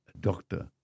doctor